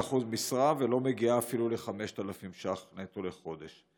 ב-75% משרה ולא מגיעה אפילו ל-5,000 ש"ח נטו לחודש.